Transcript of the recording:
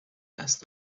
دست